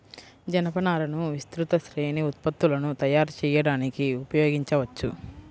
జనపనారను విస్తృత శ్రేణి ఉత్పత్తులను తయారు చేయడానికి ఉపయోగించవచ్చు